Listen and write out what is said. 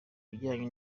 bijyanye